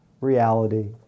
reality